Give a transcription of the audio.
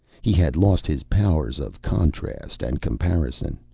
he had lost his powers of contrast and comparison.